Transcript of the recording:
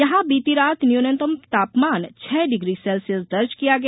यहां बीती रात न्यूनतम तापमान छह डिग्री सेल्सियस दर्ज किया गया